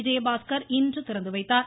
விஜயபாஸ்கர் இன்று திறந்து வைத்தார்